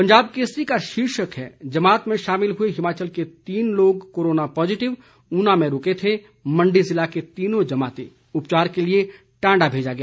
पंजाब केसरी का शीर्षक है जमात में शामिल हुए हिमाचल के तीन लोग कोरोना पॉजीटिव ऊना में रूके थे मंडी जिला के तीनों जमाती उपचार के लिए टांडा भेजा गया